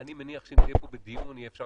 אני מניח שאם זה יהיה פה בדיון יהיה אפשר